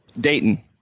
dayton